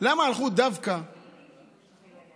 למה הלכו דווקא לטבריה,